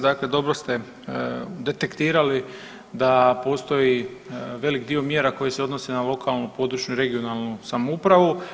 Dakle dobro ste detektirali da postoji velik dio mjera koji se odnosi na lokalnu, područnu i regionalnu samoupravu.